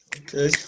Okay